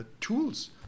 tools